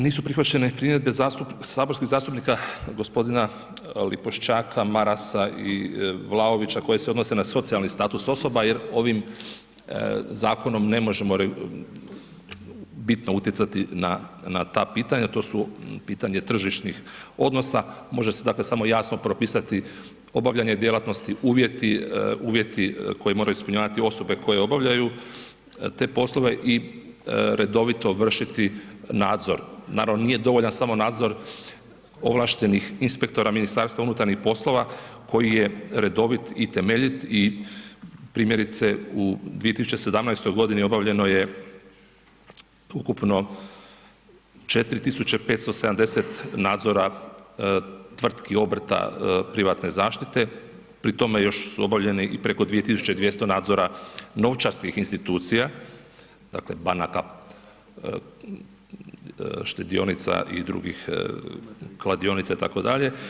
Nisu prihvaćene primjedbe saborskih zastupnika g. Lipošćaka, Marasa i Vlaovića koje se odnose na socijalni status osoba jer ovim zakonom ne možemo bitno utjecati na, na ta pitanja, to su pitanje tržišnih odnosa, može se dakle samo jasno propisati obavljanje djelatnosti, uvjeti, uvjeti koje moraju ispunjavati osobe koje obavljaju te poslove i redovito vršiti nadzor, naravno nije dovoljan samo nadzor ovlaštenih inspektora MUP-a koji je redovit i temeljit i primjerice u 2017.g. obavljeno je ukupno 4570 nadzora tvrtki i obrta privatne zaštite, pri tome još su obavljene i preko 2200 nadzora novčarskih institucija, dakle banaka, štedionica i drugih, kladionica itd.